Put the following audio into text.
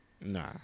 Nah